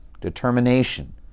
determination